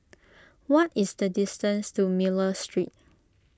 what is the distance to Miller Street